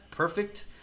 perfect